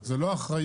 אז היא לא תאשר.